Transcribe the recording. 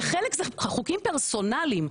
שחלק זה חוקים פרסונליים,